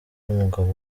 n’umugabo